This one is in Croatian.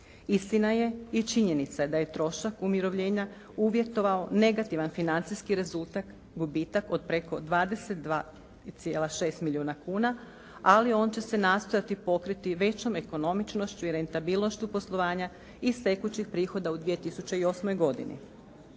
Istina je i činjenica je da je trošak umirovljenja uvjetovao negativan financijski rezultat, gubitak od preko 22,6 milijuna kuna, ali on će se nastojati pokriti većom ekonomičnošću i rentabilnošću poslovanja iz tekućih prihoda u 2008. godini.